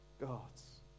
Gods